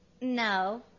No